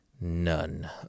None